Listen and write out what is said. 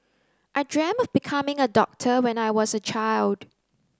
I dreamt of becoming a doctor when I was a child